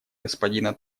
господина